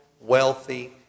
wealthy